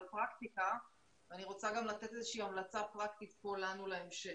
פרקטיקה ואני רוצה גם לתת איזושהי המלצה פרקטית לנו להמשך.